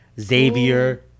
Xavier